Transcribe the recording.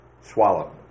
Swallow